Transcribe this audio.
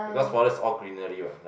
because forest all greenery what right